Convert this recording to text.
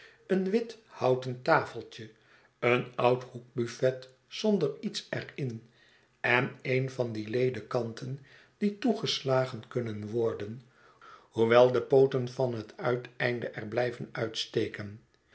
een wit houten tafeltje een oud hoek buffet zonder iets er in en een van die ledekanten die toegeslagen kunnen worden hoewel de pooten van het voeteneinde er blijven uitsteken